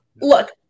look